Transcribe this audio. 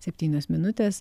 septynios minutės